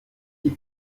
die